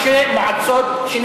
רק החלק, אתה לא דייקת לציבור, לכנסת.